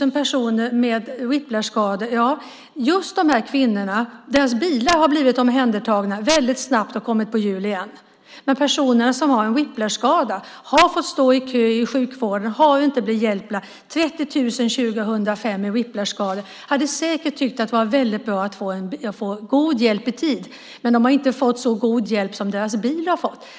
När det gäller dessa kvinnor har deras bilar blivit omhändertagna mycket snabbt och kommit på hjul igen. Men personerna som har en whiplashskada har fått stå i kö i sjukvården och har inte blivit hjälpta. De 30 000 med whiplashskador 2005 hade säkert tyckt att det hade varit bra att få god hjälp i tid, men de har inte fått så god hjälp som deras bilar har fått.